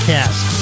Cast